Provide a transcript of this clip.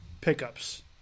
pickups